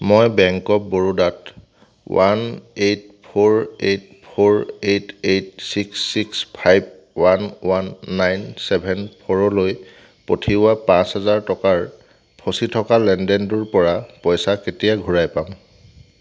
মই bank of বৰোদাত one eight four eight four eight eight six six five one one nine seven ফ'ৰলৈ পঠিওৱা পাঁচ হেজাৰ টকাৰ ফচি থকা লেনদেনটোৰপৰা পইচা কেতিয়া ঘূৰাই পাম